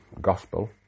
gospel